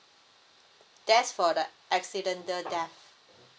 that's for the accidental death